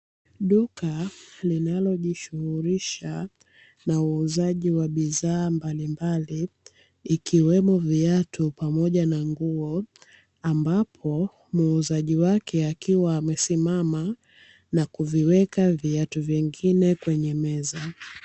Duka linalojishughulisha na uuzaji wa bidhaa mbalimbali ikiwemo viatu pamoja na nguo, ambapo muuzaji wake akiwa amesimama na kuviweka viatu vingine kwenye meza.